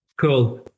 cool